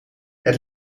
het